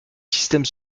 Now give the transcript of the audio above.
système